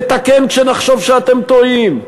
נתקן כשנחשוב שאתם טועים.